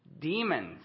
demons